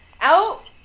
out